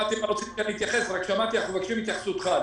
שמעתי שמבקשים את התייחסותי.